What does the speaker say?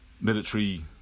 military